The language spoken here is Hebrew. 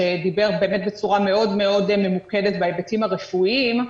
שדיבר באמת בצורה מאוד ממוקדת בהיבטים הרפואיים,